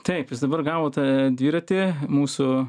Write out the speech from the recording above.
taip jis dabar gavo tą dviratį mūsų